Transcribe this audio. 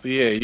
föreslagit.